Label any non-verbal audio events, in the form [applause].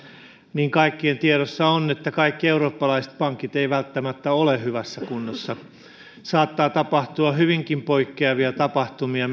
niin kaikkien tiedossa on että kaikki eurooppalaiset pankit eivät välttämättä ole hyvässä kunnossa meidän lähialueillamme saattaa tapahtua hyvinkin poikkeavia tapahtumia [unintelligible]